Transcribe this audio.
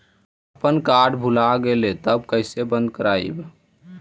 अपन कार्ड भुला गेलय तब कैसे बन्द कराइब?